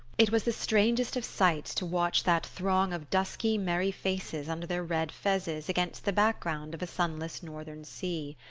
it was the strangest of sights to watch that throng of dusky merry faces under their red fezes against the background of sunless northern sea.